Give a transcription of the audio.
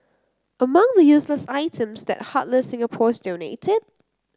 among the useless items that heartless Singaporeans donated